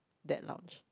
that lounge